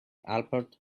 albert